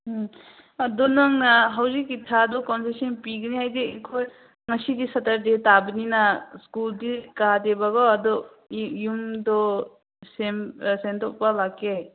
ꯎꯝ ꯑꯗꯨ ꯅꯪꯅ ꯍꯧꯖꯤꯛꯀꯤ ꯊꯥꯗꯨ ꯀꯟꯁꯦꯁꯟ ꯄꯤꯒꯅꯤ ꯍꯥꯏꯗꯤ ꯑꯩꯈꯣꯏ ꯉꯁꯤꯗꯤ ꯁꯦꯇꯔꯗꯦ ꯇꯥꯕꯅꯤꯅ ꯁ꯭ꯀꯨꯜꯗꯤ ꯀꯥꯗꯦꯕꯀꯣ ꯑꯗꯨ ꯌꯨꯝ ꯌꯨꯝꯗꯣ ꯁꯦꯡꯇꯣꯛꯄ ꯂꯥꯛꯀꯦ